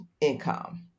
income